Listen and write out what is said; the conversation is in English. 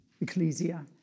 Ecclesia